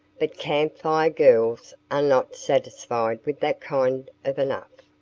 but camp fire girls are not satisfied with that kind of enough.